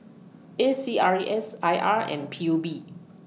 A C R E S I R and P U B